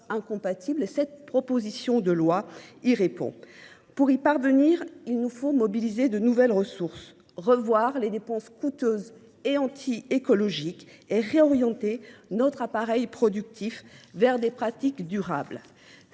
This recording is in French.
présente proposition de loi. Pour y parvenir, il nous faut mobiliser de nouvelles ressources, revoir les dépenses coûteuses et antiécologiques et réorienter notre appareil productif vers des pratiques durables.